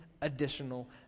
additional